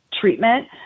treatment